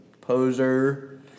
Poser